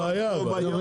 אבל זאת בעיה.